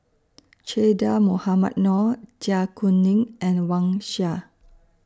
Che Dah Mohamed Noor Zai Kuning and Wang Sha